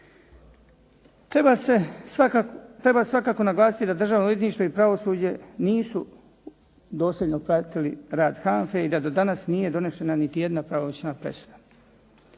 Treba svakako naglasiti da Državno odvjetništvo i pravosuđe nisu dosljedno pratili rad HANFA-e i da do danas nije donešena niti jedna pravomoćna presuda.